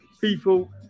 people